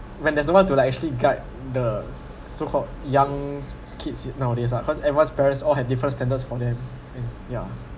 when there is no one to like actually guide the so called young kids nowadays lah cause everyone's parents all have different standards for them ya